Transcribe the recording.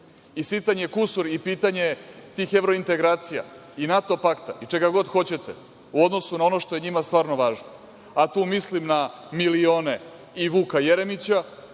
Sitan je kusur i pitanje tih evrointegracija i NATO pakta i čega god hoćete u odnosu na ono što je njima stvarno važno, a tu mislim na milione i Vuka Jeremića,